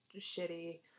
shitty